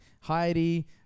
Heidi